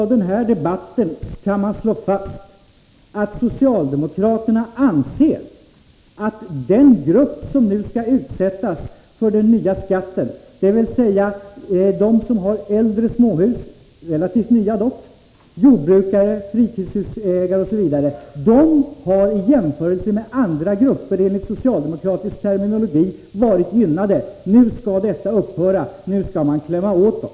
Av denna debatt kan man slå fast att socialdemokraterna anser att den re osv. som har äldre men ändå relativt nya småhus — enligt socialdemokratisk terminologi har varit gynnade i jämförelse med andra grupper. Nu skall detta upphöra; nu skall regeringen klämma åt dem.